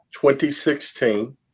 2016